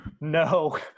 No